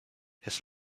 his